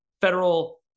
federal